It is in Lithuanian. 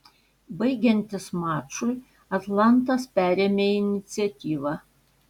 baigiantis mačui atlantas perėmė iniciatyvą